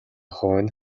хойно